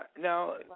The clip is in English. Now